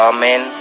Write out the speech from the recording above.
Amen